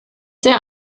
sehr